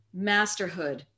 masterhood